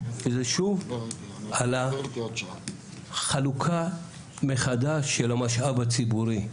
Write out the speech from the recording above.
זה שוב על החלוקה מחדש של המשאב הציבורי,